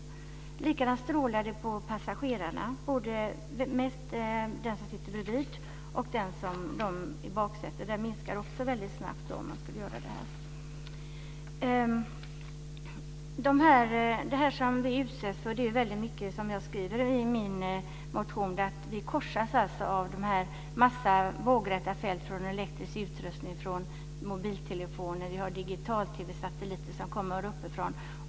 På samma sätt utsätts passagerarna för strålning, mest den som sitter bredvid föraren men även de som sitter i baksätet. En antenn på taket skulle även minska den strålning som de utsätts för. Som jag skriver i min motion korsas vi av en massa vågräta fält från elektronisk utrustning, från mobiltelefoner och från digital-TV-satelliter.